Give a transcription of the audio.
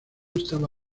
estaba